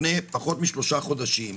לפני פחות משלושה חודשים,